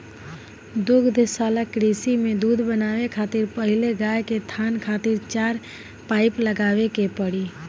दुग्धशाला कृषि में दूध बनावे खातिर पहिले गाय के थान खातिर चार पाइप लगावे के पड़ी